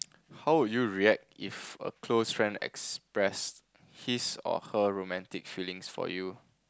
how would you react if a close friend express his or her romantic feelings for you